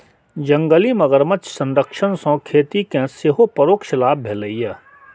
जंगली मगरमच्छ संरक्षण सं खेती कें सेहो परोक्ष लाभ भेलैए